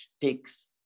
takes